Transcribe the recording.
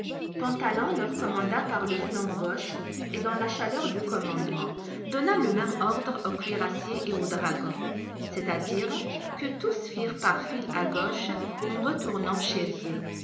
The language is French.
pantalon leur commanda par le flanc gauche et dans la chaleur du commandement donna le même ordre aux cuirassiers et aux dragons c'est-à-dire que tous firent par file à gauche en retournant chez eux